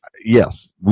Yes